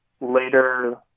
later